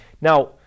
Now